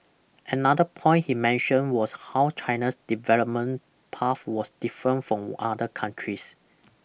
another point he mentioned was how China's development path was different from other countries